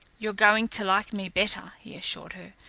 you're going to like me better, he assured her,